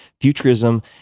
futurism